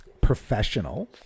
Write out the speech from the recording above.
professional